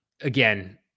again